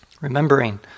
Remembering